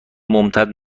ممتد